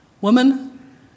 woman